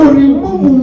remove